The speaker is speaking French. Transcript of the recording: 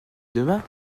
demain